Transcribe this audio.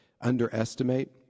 underestimate